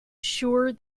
sure